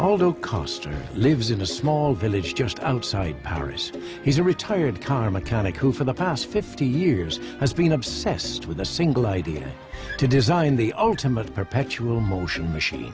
although cost lives in a small village just outside powers he's a retired car mechanic who for the past fifty years has been obsessed with a single idea to design the ultimate perpetual motion machine